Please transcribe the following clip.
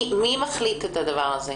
מי מחליט על הדבר הזה?